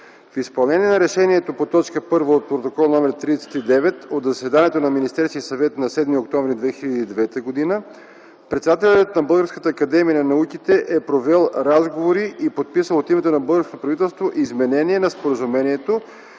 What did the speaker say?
В изпълнение на решението по т. 1 от Протокол № 39 от заседанието Министерския съвет на 7 октомври 2009 г., председателят на Българската академия на науките е провел разговори и подписал от името на българското правителство Изменение на Споразумението